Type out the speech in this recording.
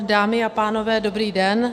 Dámy a pánové, dobrý den.